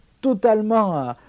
totalement